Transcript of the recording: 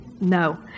No